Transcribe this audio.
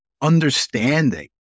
understanding